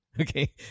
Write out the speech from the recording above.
Okay